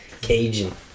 Cajun